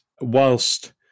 whilst